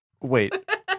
Wait